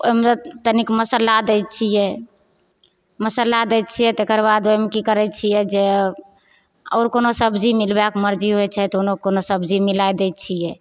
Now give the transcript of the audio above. ओहिमे जे तनिक मसाला दै छियै मसाला दै छियै तेकर बाद ओहिमे की करैत छियै जे आओर कोनो सबजी मिलबैके मर्जी होइत छै तऽ कोनो सबजी मिलाइ दै छियै